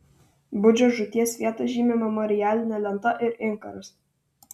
budžio žūties vietą žymi memorialinė lenta ir inkaras